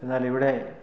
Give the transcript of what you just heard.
എന്നാൽ ഇവിടെ